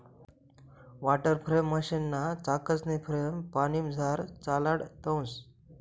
water frame मशीनना चाकसनी frame पानीमझार चालाडतंस